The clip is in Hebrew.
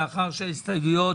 לאחר שההסתייגויות